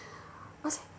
was